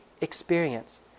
experience